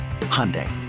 Hyundai